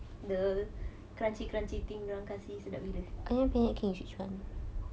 the crunchy crunchy thing dia orang kasi sedap betul